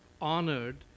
honored